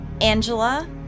Angela